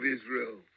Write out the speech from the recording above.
Israel